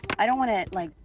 i don't want to, like,